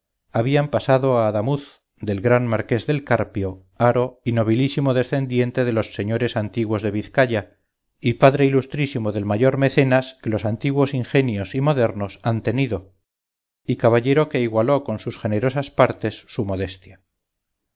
habían pasado a adamuz del gran marqués del carpio haro y nobilísimo decendiente de los señores antiguos de vizcaya y padre ilustrísimo del mayor mecenas que los antiguos ingenios y modernos han tenido y caballero que igualó con sus generosas partes su modestia